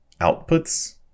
outputs